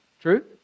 True